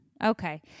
Okay